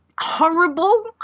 horrible